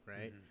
right